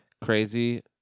Crazy